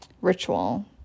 ritual